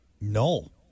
No